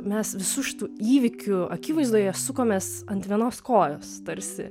mes visų šitų įvykių akivaizdoje sukomės ant vienos kojos tarsi